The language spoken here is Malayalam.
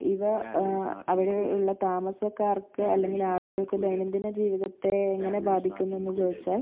ഇവ അവിടെയുള്ള താമസക്കാർക്ക് അല്ലെങ്കിൽ ആളുകൾക്ക് ദൈനംദിന ജീവിതത്തെ എങ്ങനെ ബാധിക്കുന്നു എന്ന് ചോദിച്ചാൽ